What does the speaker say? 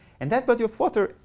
and that body of water,